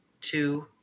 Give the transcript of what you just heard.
two